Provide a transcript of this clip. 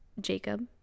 Jacob